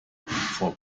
for